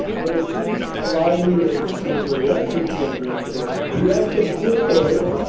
but its just slimy and slippery it actually feels really cool we have some pool toys